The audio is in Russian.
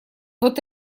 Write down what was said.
вот